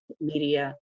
media